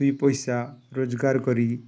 ଦୁଇ ପଇସା ରୋଜଗାର କରି